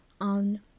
on